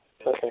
Okay